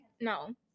no